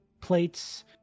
plates